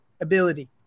ability